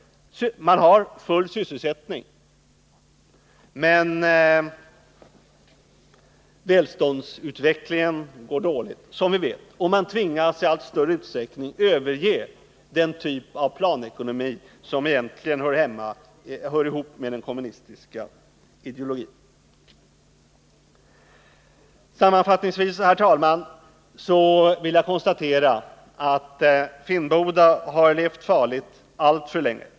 Där har de full sysselsättning, men välståndsutvecklingen går dåligt som vi vet, och de tvingas i allt större utsträckning överge den typ av planekonomi som egentligen hör hemma i den kommunistiska ideologin. Sammanfattningsvis, herr talman, vill jag konstatera att Finnboda har levt farligt alltför länge.